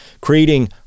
creating